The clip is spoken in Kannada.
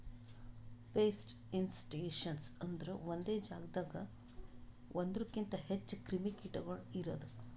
ಪೆಸ್ಟ್ ಇನ್ಸಸ್ಟೇಷನ್ಸ್ ಅಂದುರ್ ಒಂದೆ ಜಾಗದಾಗ್ ಒಂದೂರುಕಿಂತ್ ಹೆಚ್ಚ ಕ್ರಿಮಿ ಕೀಟಗೊಳ್ ಇರದು